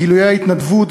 גילויי ההתנדבות,